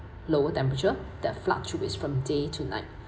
lower temperature that fluctuates from day to night